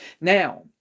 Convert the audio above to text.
Now